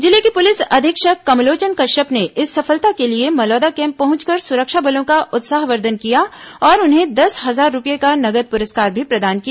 जिले के पुलिस अधीक्षक कमलोचन कश्यप ने इस सफलता के लिए मलौदा कैम्प पहुंचकर सुरक्षा बलों का उत्साहवर्धन किया और उन्हें दस हजार रूपये का नगद पुरस्कार भी प्रदान किया